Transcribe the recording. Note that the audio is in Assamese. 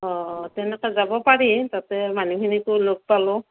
অ' তেনেকৈ যাব পাৰি তাতে মানুহখিনিকো লগ পালোঁ